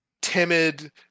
timid